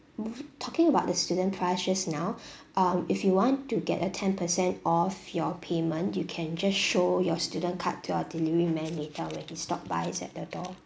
talking about the student price just now um if you want to get a ten percent off your payment you can just show your student card to our delivery man later when he stopped bys at the door